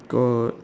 oh